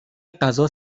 غذا